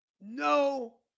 No